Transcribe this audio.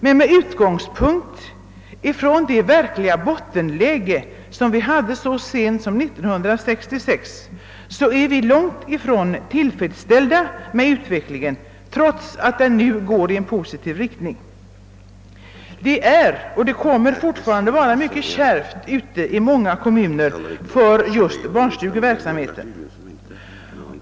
Men eftersom utgångspunkten är det verkliga bottenläge, som vi hade så sent som 1966, är vi långt ifrån tillfredsställda med utvecklingen trots att den går i positiv riktning. Det är och det kommer fortfarande att vara mycket kärvt i många kommuner beträffande just barnstugeverksamheten.